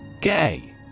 Gay